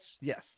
Yes